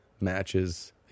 matches